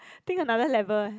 think another level ah